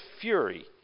fury